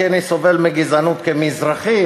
כי אני סובל מגזענות כמזרחי,